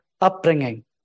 upbringing